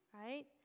right